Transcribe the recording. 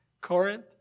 Corinth